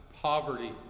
poverty